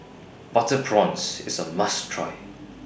Butter Prawns IS A must Try